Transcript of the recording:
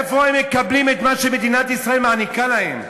איפה הם מקבלים את מה שמדינת ישראל מעניקה להם?